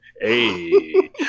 Hey